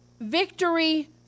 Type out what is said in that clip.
victory